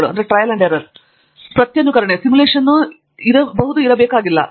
ಹೇಗಾದರೂ ಪ್ರಯೋಗಗಳು ಎಚ್ಚರಿಕೆಯಿಂದ ನಿರ್ವಹಿಸಬೇಕಾದ ತಪ್ಪು ಕಲ್ಪನೆ ಮತ್ತು ಪ್ರತ್ಯನುಕರಣೆಸಿಮ್ಯುಲೇಶನ್ ಇರಬೇಕಾಗಿಲ್ಲ